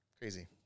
crazy